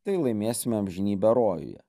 tai laimėsime amžinybę rojuje